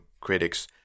critics